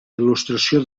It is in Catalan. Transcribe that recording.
il·lustració